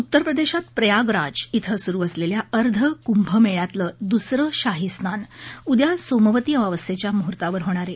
उत्तरप्रदेशात प्रयागराज इथं सुरु असलेल्या अर्ध कुंभमेळ्यातलं दुसरं शाही स्नान उद्या सोमवती अमावास्येच्या मुहूर्तावर होणार आहे